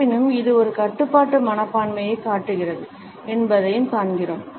இருப்பினும் இது ஒரு கட்டுப்பாட்டு மனப்பான்மையைக் காட்டுகிறது என்பதைக் காண்கிறோம்